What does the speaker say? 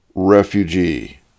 Refugee